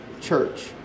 church